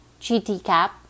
GTCAP